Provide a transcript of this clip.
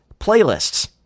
playlists